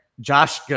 Josh